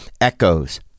echoes